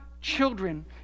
children